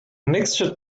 mixture